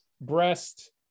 breast